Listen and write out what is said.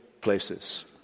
places